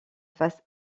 face